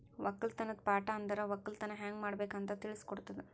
ಒಕ್ಕಲತನದ್ ಪಾಠ ಅಂದುರ್ ಒಕ್ಕಲತನ ಹ್ಯಂಗ್ ಮಾಡ್ಬೇಕ್ ಅಂತ್ ತಿಳುಸ್ ಕೊಡುತದ